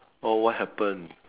oh what happen